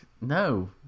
no